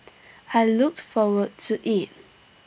I looked forward to IT